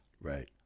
Right